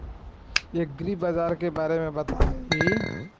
एग्रीबाजार के बारे में बताई?